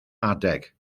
adeg